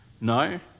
No